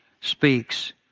speaks